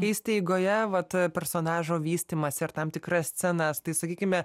keisti eigoje vat personažo vystymąsi ar tam tikras scenas tai sakykime